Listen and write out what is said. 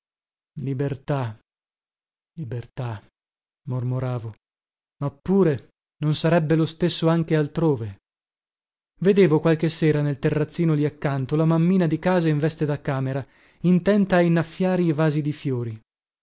libertà libertà mormoravo ma pure non sarebbe lo stesso anche altrove vedevo qualche sera nel terrazzino lì accanto la mammina di casa in veste da camera intenta a innaffiare i vasi di fiori